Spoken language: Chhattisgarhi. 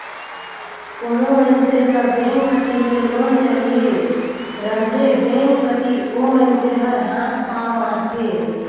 कोनो मइनसे ल बेंक कती ले लोन चाहिए रहथे बेंक कती ओ मइनसे हर हाथ पांव मारथे